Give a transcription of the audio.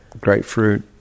grapefruit